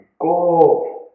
Go